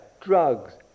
drugs